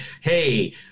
hey